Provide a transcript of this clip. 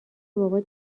بابات